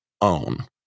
own